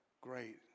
great